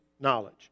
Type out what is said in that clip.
knowledge